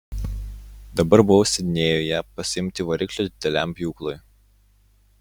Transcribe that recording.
dabar buvau sidnėjuje pasiimti variklio dideliam pjūklui